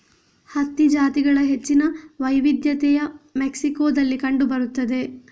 ಹತ್ತಿ ಜಾತಿಗಳ ಹೆಚ್ಚಿನ ವೈವಿಧ್ಯತೆಯು ಮೆಕ್ಸಿಕೋದಲ್ಲಿ ಕಂಡು ಬರುತ್ತದೆ